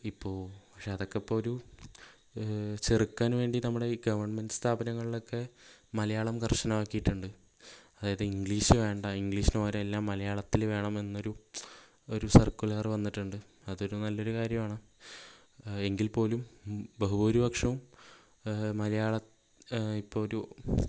ഇപ്പോൾ പക്ഷേ അതൊക്കെ ഇപ്പോൾ ഒരു ചെറുക്കാന് വേണ്ടി നമ്മുടെ ഈ ഗവൺമെന്റ് സ്ഥാപനങ്ങളിലൊക്കെ മലയാളം കർശനമാക്കിയിട്ടുണ്ട് അതായത് ഇംഗ്ലീഷ് വേണ്ട ഇംഗ്ലീഷിന് പകരം എല്ലാം മലയാളത്തിൽ വേണമെന്നൊരു ഒരു സിർക്കുലാർ വന്നിട്ടുണ്ട് അതൊരു നല്ലൊരു കാര്യമാണ് എങ്കിൽ പോലും ബഹു ഭൂരിപക്ഷവും മലയാള ഇപ്പോൾ ഒരു